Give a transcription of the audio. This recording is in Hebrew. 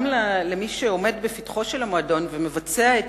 גם למי שעומד בפתחו של המועדון ומבצע את